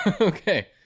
Okay